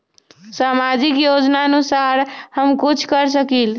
सामाजिक योजनानुसार हम कुछ कर सकील?